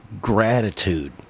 gratitude